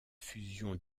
fusion